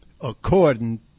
according